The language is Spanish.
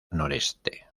noreste